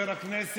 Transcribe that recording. תודה רבה.